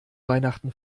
weihnachten